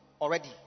already